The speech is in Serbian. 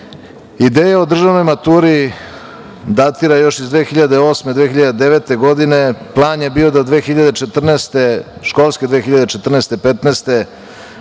o državnoj maturi datira još iz 2008, 2009. godine, plan je bio da školske 2014/15.